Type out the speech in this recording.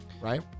Right